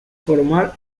formal